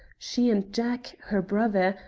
she and jack, her brother,